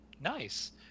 Nice